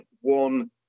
one